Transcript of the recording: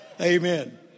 Amen